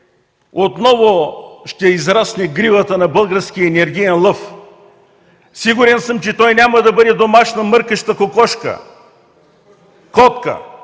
отново ще израсне гривата на българския енергиен лъв. Сигурен съм, че той няма да бъде домашна мъркаща котка.